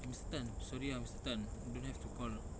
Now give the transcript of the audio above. uh mister tan sorry ah mister tan you don't have to call ah